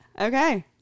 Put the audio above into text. Okay